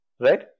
right